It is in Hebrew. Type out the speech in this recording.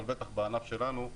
אבל בטח בענף שלנו.